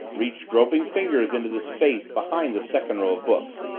reached groping fingers into the space behind the second row of books.